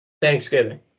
Thanksgiving